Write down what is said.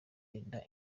yenda